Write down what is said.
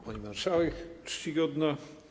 Pani Marszałek Czcigodna!